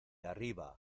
arriba